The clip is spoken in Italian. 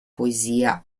poesia